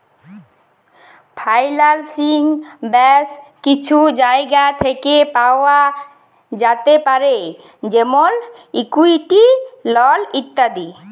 ফাইলালসিং ব্যাশ কিছু জায়গা থ্যাকে পাওয়া যাতে পারে যেমল ইকুইটি, লল ইত্যাদি